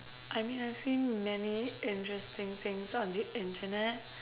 I mean I've seen many interesting things on the internet